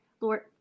Lord